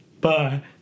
bye